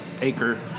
acre